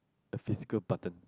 a physical button